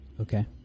Okay